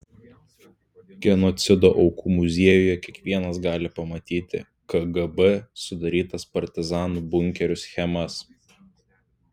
genocido aukų muziejuje kiekvienas gali pamatyti kgb sudarytas partizanų bunkerių schemas